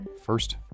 First